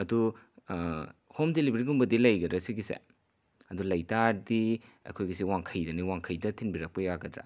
ꯑꯗꯨ ꯍꯣꯝ ꯗꯤꯂꯤꯕꯔꯤꯒꯨꯝꯕꯗꯤ ꯂꯩꯒꯗ꯭ꯔꯥ ꯁꯤꯒꯤꯁꯦ ꯑꯗꯣ ꯂꯩꯇꯥꯔꯗꯤ ꯑꯩꯈꯣꯏꯒꯤꯁꯦ ꯋꯥꯡꯈꯩꯗꯅꯤ ꯋꯥꯡꯈꯩꯗ ꯊꯤꯟꯕꯤꯔꯛꯄ ꯌꯥꯒꯗ꯭ꯔꯥ